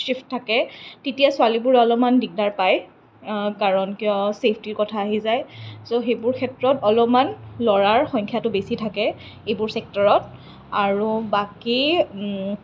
shift থাকে তেতিয়া ছোৱালীবোৰ অলপমান দিগদাৰ পায় কাৰণ কিয় ছেফটীৰ কথা আহি যায় ছ' সেইবোৰ ক্ষেত্ৰত অলপমান ল'ৰাৰ সংখ্য়াটো বেছি থাকে এইবোৰ ছেক্টৰত আৰু বাকী